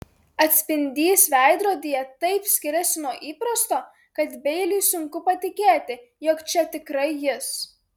atspindys veidrodyje taip skiriasi nuo įprasto kad beiliui sunku patikėti jog čia tikrai jis